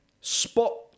spot